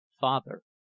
Father